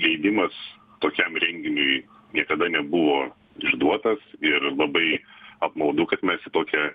leidimas tokiam renginiui niekada nebuvo išduotas ir labai apmaudu kad mes į tokią